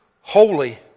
holy